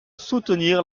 soutenir